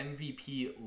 MVP